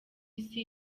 isi